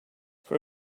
for